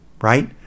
right